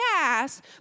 gas